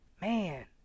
Man